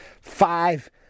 Five